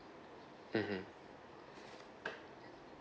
mmhmm